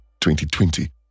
2020